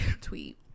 tweet